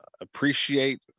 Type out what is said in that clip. appreciate